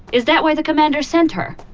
is that why the commander sent her?